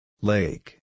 Lake